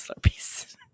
Slurpees